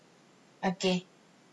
okay